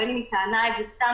בין אם היא טענה את זה סתם,